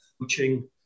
coaching